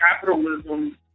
Capitalism